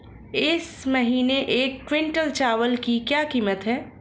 इस महीने एक क्विंटल चावल की क्या कीमत है?